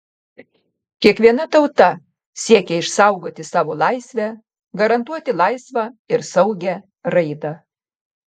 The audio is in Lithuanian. kiekviena tauta siekia išsaugoti savo laisvę garantuoti laisvą ir saugią raidą